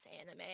anime